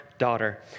Daughter